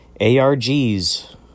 ARGs